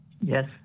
Yes